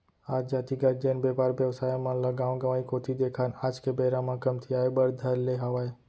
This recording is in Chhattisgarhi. आज जातिगत जेन बेपार बेवसाय मन ल गाँव गंवाई कोती देखन आज के बेरा म कमतियाये बर धर ले हावय